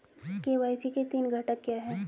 KYC के तीन घटक क्या हैं?